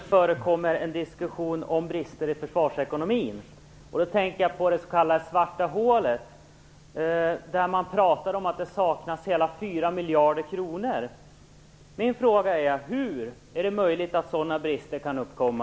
Herr talman! Jag har en fråga till försvarsministern. I försvarsdebatten förekommer en diskussion om brister i försvarsekonomin. Då tänker jag på det s.k. svarta hålet. Man talar om att det saknas hela 4 miljarder kronor. Min fråga är: Hur är det möjligt att sådana brister kan uppkomma?